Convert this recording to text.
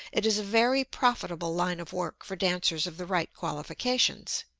it is a very profitable line of work for dancers of the right qualifications.